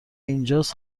اینجاس